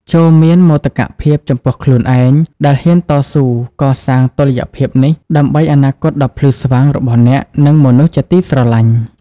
ចូរមានមោទកភាពចំពោះខ្លួនឯង ដែលហ៊ានតស៊ូកសាងតុល្យភាពនេះ ដើម្បីអនាគតដ៏ភ្លឺស្វាងរបស់អ្នក និងមនុស្សជាទីស្រឡាញ់។